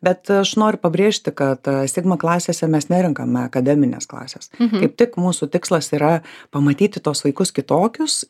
bet aš noriu pabrėžti kad sigma klasėse mes nerenkame akademinės klasės kaip tik mūsų tikslas yra pamatyti tuos vaikus kitokius